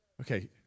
Okay